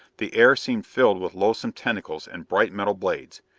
the air seemed filled with loathsome tentacles and bright metal blades.